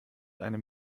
einem